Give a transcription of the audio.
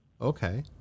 Okay